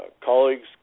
colleagues